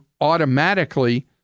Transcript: automatically